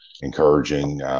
encouraging